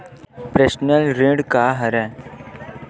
Personal ऋण का हरय?